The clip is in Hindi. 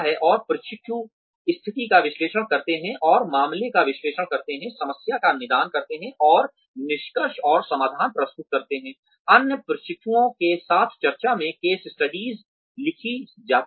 और प्रशिक्षु स्थिति का विश्लेषण करते हैं और मामले का विश्लेषण करते हैं समस्या का निदान करते हैं और निष्कर्ष और समाधान प्रस्तुत करते हैं अन्य प्रशिक्षुओं के साथ चर्चा में केस स्टडीज लिखी जाती हैं